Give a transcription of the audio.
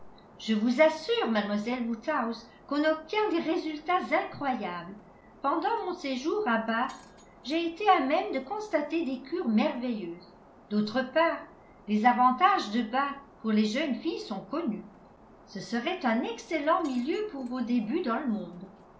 je vous assure mlle woodhouse qu'on obtient des résultats incroyables pendant mon séjour à bath j'ai été à même de constater des cures merveilleuses d'autre part les avantages de bath pour les jeunes filles sont connus ce serait un excellent milieu pour vos débuts dans le monde